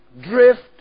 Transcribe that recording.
drift